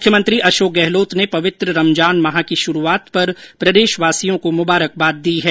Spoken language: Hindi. मुख्यमंत्री अशोक गहलोत ने पवित्र रमजान माह की शुरूआत पर प्रदेशवासियों को मुबारकबाद दी है